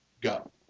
go